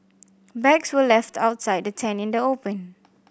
bags were left outside the tent in the open